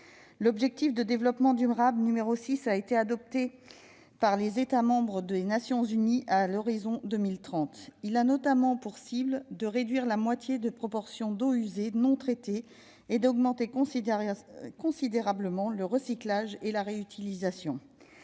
L'objectif de développement durable n° 6 a été adopté par les États membres des Nations unies à l'horizon de 2030. Il a notamment pour cible de réduire de moitié la proportion d'eaux usées non traitées et d'augmenter considérablement le recyclage et la réutilisation.